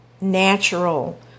natural